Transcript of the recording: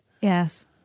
Yes